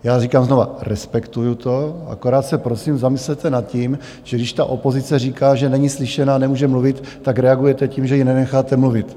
Já říkám znova, respektuji to, akorát se prosím zamyslete nad tím, že když opozice říká, že není slyšena a nemůže mluvit, tak reagujete tím, že ji nenecháte mluvit.